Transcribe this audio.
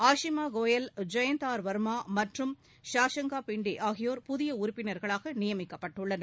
Ashima Goyal Jayanth R Varma மற்றும் ஷாஷங்கா பிண்டே ஆகியோர் புதிய உறுப்பினரகளாக நியமிக்கப்பட்டுள்ளனர்